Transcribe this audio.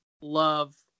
love